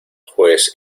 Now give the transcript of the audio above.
juez